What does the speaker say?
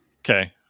Okay